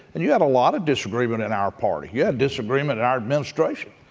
and you had a lot of disagreement in our party. you had disagreement in our administration.